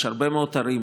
יש הרבה מאוד ערים